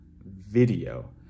video